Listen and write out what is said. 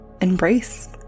embrace